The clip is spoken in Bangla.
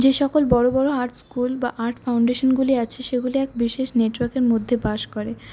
যে সকল বড় বড় আর্ট স্কুল বা আর্ট ফাউন্ডেশনগুলি আছে সেগুলি এক বিশেষ নেটওয়ার্কের মধ্যে বাস করে